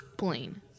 plane